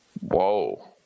Whoa